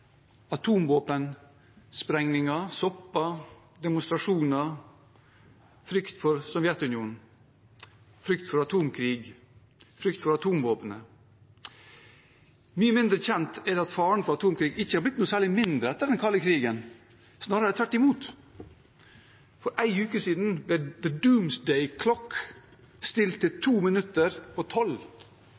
sopper, demonstrasjoner, frykt for Sovjetunionen, frykt for atomkrig, frykt for atomvåpnene. Mye mindre kjent er det at faren for atomkrig ikke har blitt noe særlig mindre etter den kalde krigen, snarere tvert imot. For en uke siden ble «The Doomsday Clock» stilt til to minutter på tolv.